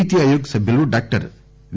నీతిఆయోగ్ సభ్యులు doctor V